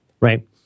Right